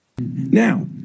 Now